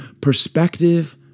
Perspective